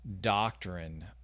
doctrine